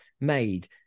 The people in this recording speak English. made